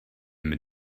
mit